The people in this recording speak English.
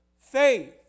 faith